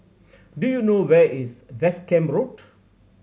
do you know where is West Camp Road